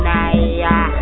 Naya